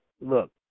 look